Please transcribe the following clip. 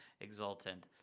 exultant